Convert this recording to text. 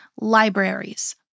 libraries